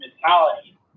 mentality